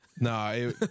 No